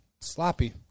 sloppy